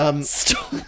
Stop